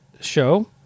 show